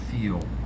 feel